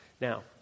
Now